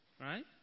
right